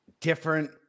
different